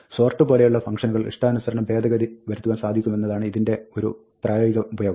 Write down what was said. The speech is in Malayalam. sort പോലെയുള്ള ഫംഗ്ഷനുകൾ ഇഷ്ടാനുസരണം ഭേദഗതി വരുത്തുവാൻ സാധിക്കുമെന്നതാണ് ഇതിന്റെ ഒരു പ്രായോഗിക ഉപയോഗം